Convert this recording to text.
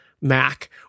Mac